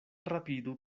rapidu